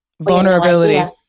Vulnerability